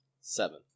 Seven